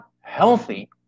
healthy